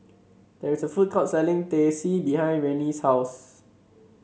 there is a food court selling Teh C behind Rennie's house